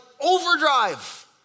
overdrive